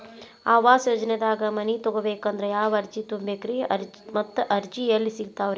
ಆವಾಸ ಯೋಜನೆದಾಗ ಮನಿ ತೊಗೋಬೇಕಂದ್ರ ಯಾವ ಅರ್ಜಿ ತುಂಬೇಕ್ರಿ ಮತ್ತ ಅರ್ಜಿ ಎಲ್ಲಿ ಸಿಗತಾವ್ರಿ?